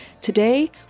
Today